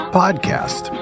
podcast